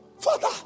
Father